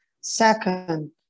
Second